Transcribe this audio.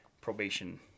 probation